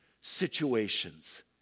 situations